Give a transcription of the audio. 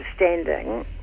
understanding